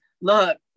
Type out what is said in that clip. Look